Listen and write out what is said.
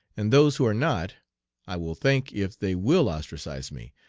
and those who are not i will thank if they will ostracize me,